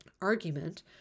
argument